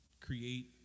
create